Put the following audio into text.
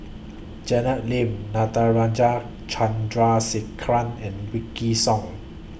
Janet Lim Natarajan Chandrasekaran and Wykidd Song